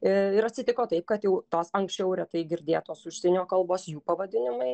ir atsitiko taip kad jau tos anksčiau retai girdėtos užsienio kalbos jų pavadinimai